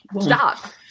Stop